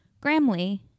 Gramley